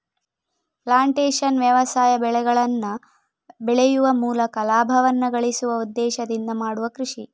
plantation ವ್ಯವಸಾಯ ಬೆಳೆಗಳನ್ನ ಬೆಳೆಯುವ ಮೂಲಕ ಲಾಭವನ್ನ ಗಳಿಸುವ ಉದ್ದೇಶದಿಂದ ಮಾಡುವ ಕೃಷಿ